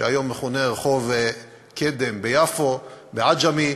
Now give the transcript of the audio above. שהיום מכונה רחוב קדם ביפו, בעג'מי,